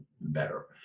better